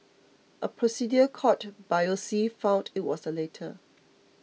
a procedure called biopsy found it was the latter